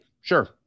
Sure